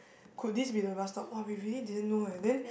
could this be the bus stop !wah! we really didn't know eh then